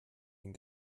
den